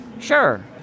Sure